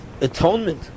atonement